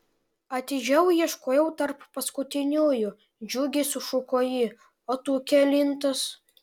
atidžiau ieškojau tarp paskutiniųjų džiugiai sušuko ji o tu kelintas